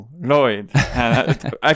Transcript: Lloyd